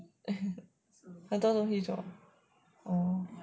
很多东西做